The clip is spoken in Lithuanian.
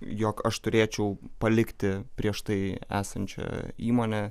jog aš turėčiau palikti prieš tai esančią įmonę